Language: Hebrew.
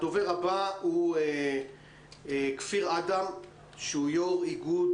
הדובר הבא הוא כפיר אדם שהוא יו"ר איגוד